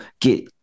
get